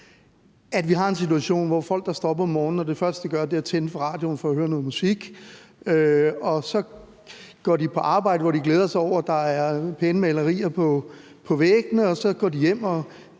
at vi har en situation, hvor der er folk, der står op om morgenen, og det første, de gør, er at tænde for radioen for at høre noget musik, og så går de på arbejde, hvor de glæder sig over, at der er pæne malerier på væggene, og så går de hjem og